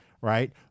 Right